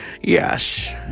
Yes